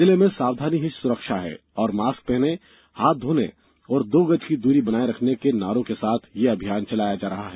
जिले में सावधानी में ही सुरक्षा है और मास्क पहनने हाथ धोने और दो गज की दूरी बनाये रखने के नारों के साथ यह अभियान चलाया जा रहा है